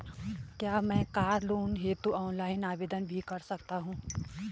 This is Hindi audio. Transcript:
क्या मैं कार लोन हेतु ऑनलाइन आवेदन भी कर सकता हूँ?